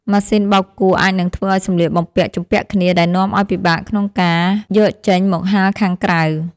ម៉ាស៊ីនបោកគក់អាចនឹងធ្វើឱ្យសម្លៀកបំពាក់ជំពាក់គ្នាដែលនាំឱ្យពិបាកក្នុងការយកចេញមកហាលខាងក្រៅ។